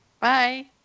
Bye